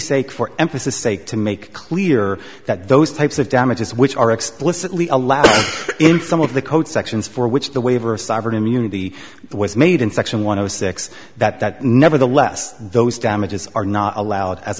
sake for emphasis sake to make clear that those types of damages which are explicitly allowed in some of the code sections for which the waiver of sovereign immunity was made in section one hundred six that that nevertheless those damages are not allowed as